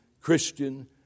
Christian